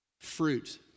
fruit